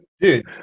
dude